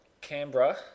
Canberra